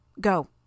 Go